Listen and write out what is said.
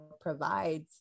provides